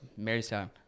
Marystown